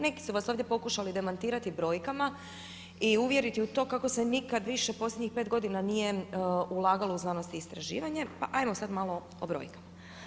Neki su vas ovdje pokušali demantirati brojkama i uvjeriti u to kako se nikad više posljednjih pet godina nije ulagalo u znanost i istraživanje, pa hajmo sad malo o brojkama.